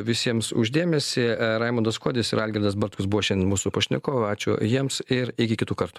visiems už dėmesį raimundas kuodis ir algirdas bartkus buvo šiandien mūsų pašnekovai ačiū jiems ir iki kitų kartų